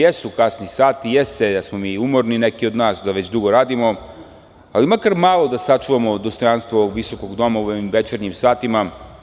Jesu kasni sati, jeste da smo mi umorni, neki od nas već dugo rade, ali makar malo da sačuvamo dostojanstvo ovog visokog doma u ovim večernjim satima.